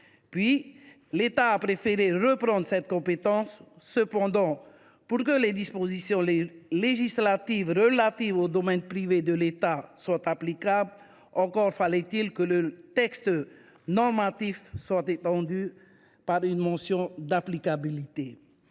a ensuite préféré reprendre cette compétence. Cependant, pour que les dispositions législatives relatives au domaine privé de l’État soient applicables, encore fallait il que le texte normatif soit étendu par une mention d’applicabilité.